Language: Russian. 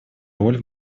роль